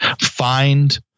Find